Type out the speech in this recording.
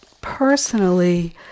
personally